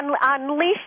Unleash